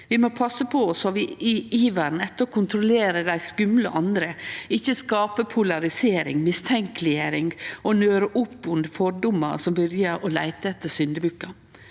Vi må passe på at vi i iveren etter å kontrollere dei skumle andre ikkje skapar polarisering og mistenkjeleggjering og nører opp under fordomar slik at ein byrjar å leite etter syndebukkar.